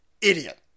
idiot